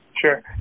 Sure